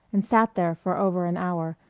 and sat there for over an hour,